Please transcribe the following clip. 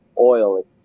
oil